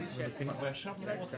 כפי שאמרנו מקודם,